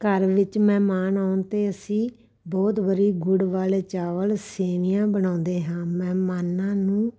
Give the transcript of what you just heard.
ਘਰ ਵਿੱਚ ਮਹਿਮਾਨ ਆਉਣ 'ਤੇ ਅਸੀਂ ਬਹੁਤ ਵਾਰੀ ਗੁੜ ਵਾਲੇ ਚਾਵਲ ਸੇਵੀਆਂ ਬਣਾਉਂਦੇ ਹਾਂ ਮਹਿਮਾਨਾਂ ਨੂੰ